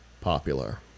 popular